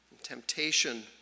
temptation